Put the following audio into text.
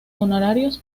honorarios